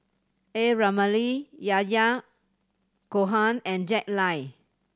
A Ramli Yahya Cohen and Jack Lai